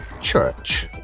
Church